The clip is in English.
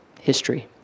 history